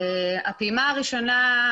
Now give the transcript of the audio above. הפעימה הראשונה,